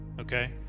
Okay